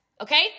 okay